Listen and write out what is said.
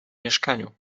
mieszkaniu